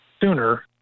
sooner